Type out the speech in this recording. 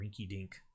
rinky-dink